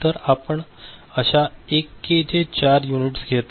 तर आपण अशा 1 के चे 4 युनिट्स घेता